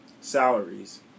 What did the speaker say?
salaries